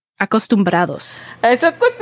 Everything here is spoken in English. Acostumbrados